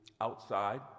outside